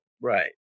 Right